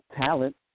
talent